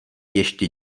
ještě